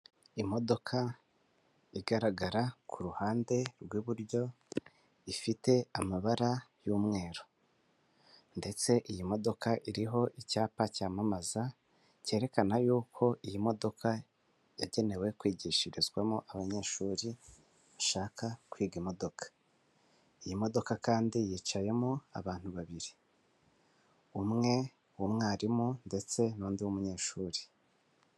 Imodoka igaragara ku ruhande rw'iburyo ifite amabara y'umweru ndetse iyi modoka iriho icyapa cyamamaza cyerekana yuko iyi modoka yagenewe kwigishirizwamo abanyeshuri bashaka kwiga imodoka. Iyi modoka kandi yicayemo abantu babiri umwe w'umwarimu ndetse n'undi munyeshuri.